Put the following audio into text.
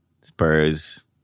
Spurs